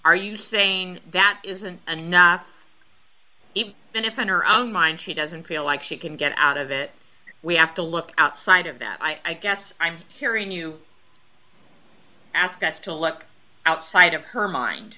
are you saying that isn't enough the defender on mine she doesn't feel like she can get out of it we have to look outside of that i guess i'm hearing you ask us to let outside of her mind